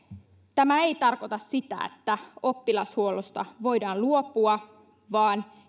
tämä ei tarkoita sitä että oppilashuollosta voidaan luopua vaan